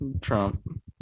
Trump